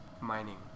mining